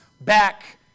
back